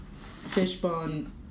Fishbone